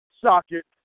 socket